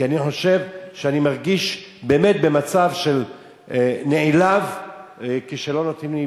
כי אני מרגיש באמת במצב של נעלב כשלא נותנים לי,